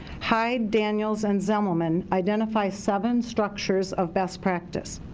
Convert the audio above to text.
hyde, daniels and zemelman identify seven structures of best practice.